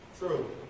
True